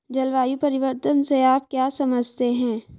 जलवायु परिवर्तन से आप क्या समझते हैं?